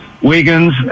Wiggins